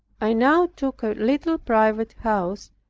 i now took a little private house,